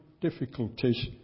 difficulties